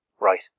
Right